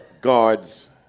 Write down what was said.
Guards